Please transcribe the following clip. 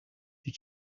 die